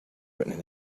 written